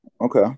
Okay